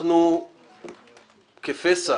אנחנו כפסע